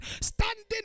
standing